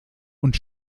und